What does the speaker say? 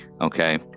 Okay